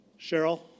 Cheryl